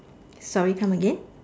sorry come again